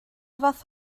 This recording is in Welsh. fath